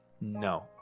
No